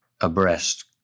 abreast